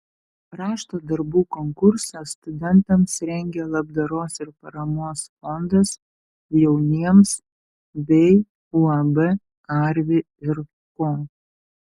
rašto darbų konkursą studentams rengia labdaros ir paramos fondas jauniems bei uab arvi ir ko